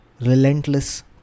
relentless